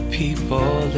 people